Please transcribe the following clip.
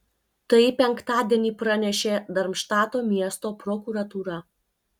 tai penktadienį pranešė darmštato miesto prokuratūra